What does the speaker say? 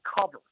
cover